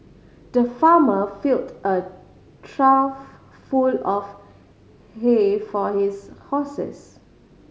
the farmer filled a trough full of hay for his horses